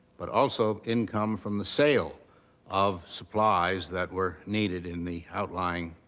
but also income from the sale of supplies that were needed in the outlying